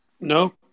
No